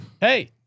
Hey